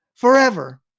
Forever